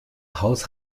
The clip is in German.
haus